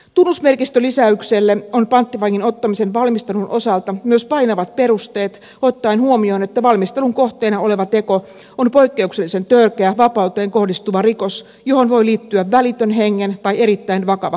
tunnusmerkistölisäykselle on panttivangin ottamisen valmistelun osalta myös painavat perusteet ottaen huomioon että valmistelun kohteena oleva teko on poikkeuksellisen törkeä vapauteen kohdistuva rikos johon voi liittyä välitön hengen tai erittäin vakava terveyden vaara